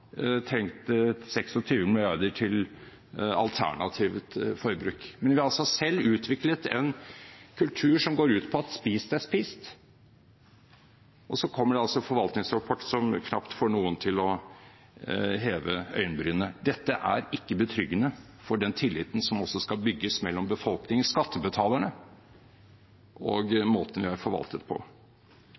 til alternativt forbruk. Men vi har altså selv utviklet en kultur som går ut på at spist er spist, og så kommer det en forvaltningsrapport som knapt får noen til å heve øyenbrynene. Dette er ikke betryggende for den tilliten som skal bygges mellom befolkningen – skattebetalerne – og måten vi er forvaltet på.